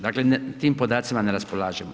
Dakle, tim podacima ne raspolažemo.